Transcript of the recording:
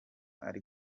ari